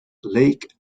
lake